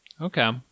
Okay